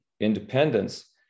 independence